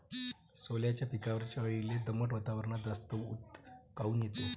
सोल्याच्या पिकावरच्या अळीले दमट वातावरनात जास्त ऊत काऊन येते?